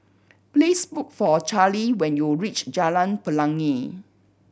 please look for Charley when you reach Jalan Pelangi